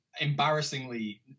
embarrassingly